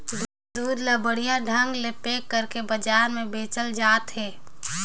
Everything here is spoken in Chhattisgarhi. दूद ल बड़िहा ढंग ले पेक कइरके बजार में बेचल जात हे